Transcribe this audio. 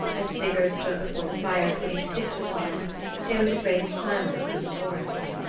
as sigurd stood before the fire putting sticks upon it there was a great silence in the forest.